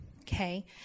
okay